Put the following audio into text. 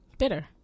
Bitter